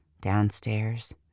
downstairs